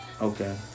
Okay